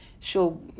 show